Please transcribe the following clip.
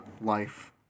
life